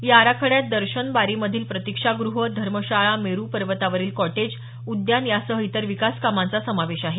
या आराखड्यात दर्शन बारीमधील प्रतिक्षाग्रह धर्मशाळा मेरू पर्वतावरील कॉटेज उद्यान यासह इतर विकास कामांचा समावेश आहे